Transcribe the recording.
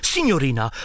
Signorina